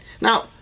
Now